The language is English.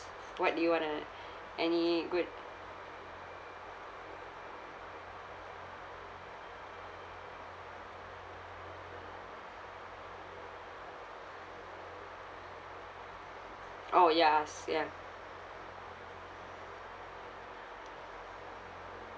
what do you want to any good orh yes ya